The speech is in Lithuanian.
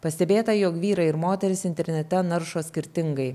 pastebėta jog vyrai ir moterys internete naršo skirtingai